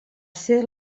ser